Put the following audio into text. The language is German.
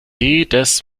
jedes